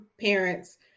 parents